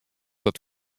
dat